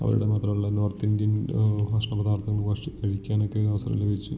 അവരുടെ മാത്രമല്ല north Indian ഭക്ഷണ പദാർത്ഥങ്ങൾ വർഷി കഴിക്കാനൊക്കെ അവസരം ലഭിച്ചു